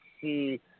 see